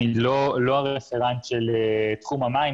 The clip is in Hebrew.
אני לא הרפרנט של תחום המים,